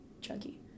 chunky